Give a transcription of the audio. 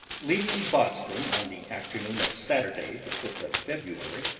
leaving boston on the afternoon of saturday the fifth of february,